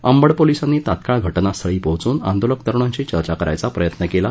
अंबड पोलिसांनी तात्काळ घटनास्थळी पोहचून आंदोलक तरुणांशी चर्चा करण्याचा प्रयत्न केला